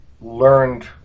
learned